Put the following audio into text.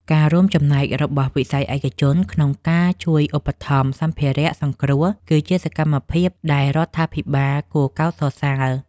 ការរួមចំណែករបស់វិស័យឯកជនក្នុងការជួយឧបត្ថម្ភសម្ភារៈសង្គ្រោះគឺជាសកម្មភាពដែលរដ្ឋាភិបាលគួរកោតសរសើរ។